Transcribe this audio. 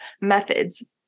methods